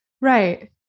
Right